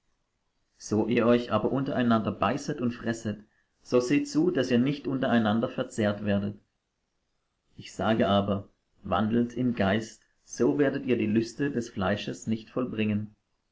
so ihr euch aber untereinander beißet und fresset so seht zu daß ihr nicht untereinander verzehrt werdet ich sage aber wandelt im geist so werdet ihr die lüste des fleisches nicht vollbringen